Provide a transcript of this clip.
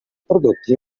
prodotti